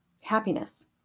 happiness